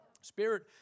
Spirit